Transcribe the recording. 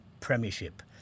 Premiership